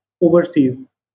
overseas